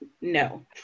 no